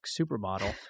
supermodel